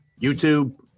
YouTube